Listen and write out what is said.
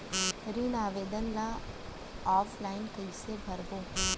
ऋण आवेदन ल ऑफलाइन कइसे भरबो?